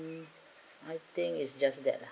mm I think it's just that lah